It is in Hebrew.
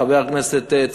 חבר הכנסת צרצור,